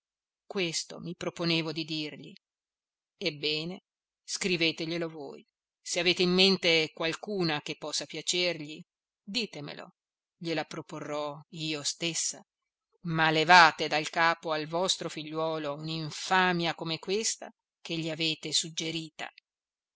questo mi proponevo di dirgli ebbene scriveteglielo voi se avete in mente qualcuna che possa piacergli ditemelo gliela proporrò io stessa ma levate dal capo al vostro figliuolo un'infamia come questa che gli avete suggerita